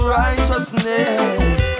righteousness